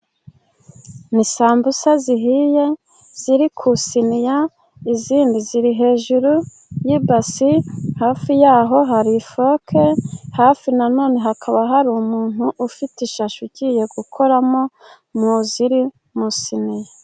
Ni sambusa zihiye ziri ku isiniya. Izindi ziri hejuru y'ibasi, hafi yaho hari ifoke, hafi nanone hakaba hari umuntu ufite ishashi ugiye gukoramo mu ziri mu isiniya.